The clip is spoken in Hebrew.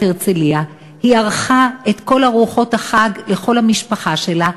הרצליה; היא ערכה את כל ארוחות החג לכל המשפחה שלה,